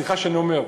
סליחה שאני אומר,